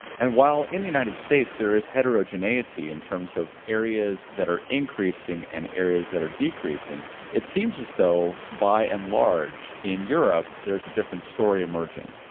and while in the united states there is heterogeneity in terms of areas that are increasing and areas that are decreasing it seems as though, by and large, in europe there's a different story emerging,